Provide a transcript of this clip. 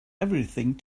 everything